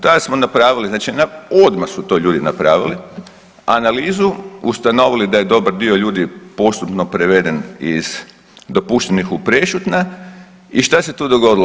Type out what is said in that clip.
Tada smo napravili, znači odmah su to ljudi napravili, analizu, ustanovili da je dobar dio ljudi postupno preveden iz dopuštenih u prešutna i šta se tu dogodilo?